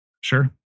Sure